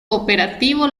cooperativo